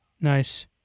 Nice